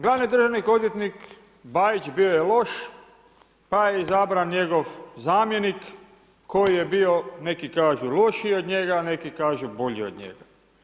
Glavni državni odvjetnik Bajić bio je loš pa je izabran njegov zamjenik koji je bio, neki kažu lošiji od njega, neki kažu bolji od njega.